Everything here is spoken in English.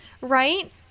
right